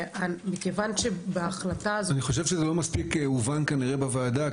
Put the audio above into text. מכיוון שבהחלטה הזו --- אני חושב שזה לא מספיק הובן כנראה בוועדה,